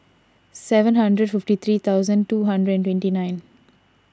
seven hundred fifty three thousand two hundred and twenty nine